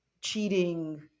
cheating